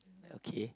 okay